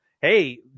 hey